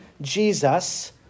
Jesus